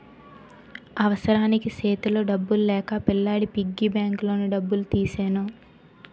అవసరానికి సేతిలో డబ్బులు లేక పిల్లాడి పిగ్గీ బ్యాంకులోని డబ్బులు తీసెను